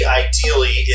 ideally